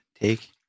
Take